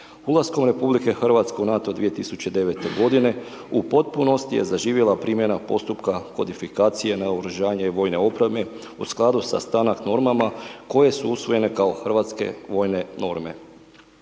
Ulaskom RH u NATO 2009. godine u potpunosti je zaživjela primjena postupka kodifikacije naoružanja i vojne opreme u skladu sa STANAG normama koje su usvojene kao hrvatske vojne norme